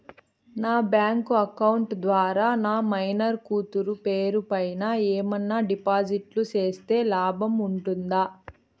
నా bank account ద్వారా నా మైనర్ కూతురు పేరు పైన ఏమన్నా డిపాజిట్లు సేస్తే లాభం ఉంటుందా?